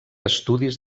estudis